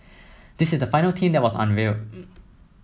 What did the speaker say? this is the final team that was unveiled